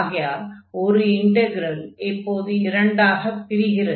ஆகையால் ஒரு இன்டக்ரல் இப்போது இரண்டாகப் பிரிகிறது